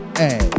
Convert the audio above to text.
hey